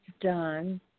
done